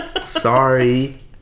sorry